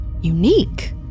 Unique